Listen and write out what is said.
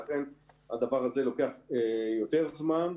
ולכן הדבר הזה לוקח יותר זמן.